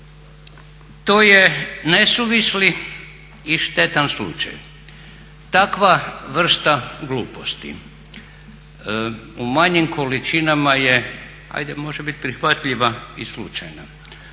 To je nesuvisli i štetan slučaj. Takva vrsta gluposti u manjim količinama ajde može biti prihvatljiva i slučajna.